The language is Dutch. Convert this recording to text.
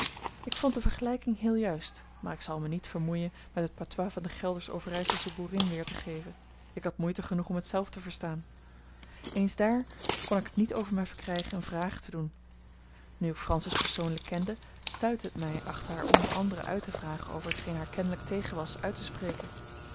ik vond de vergelijking heel juist maar ik zal me niet vermoeien met het patois van de geldersch overijselsche boerin weer te geven ik had moeite genoeg om het zelf te verstaan eens daar kon ik het niet over mij verkrijgen eene vraag te doen nu ik francis persoonlijk kende stuitte het mij achter haar om anderen uit te vragen over t geen haar kennelijk tegen was uit te spreken